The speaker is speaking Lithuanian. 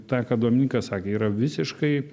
tą ką dominykas sakė yra visiškai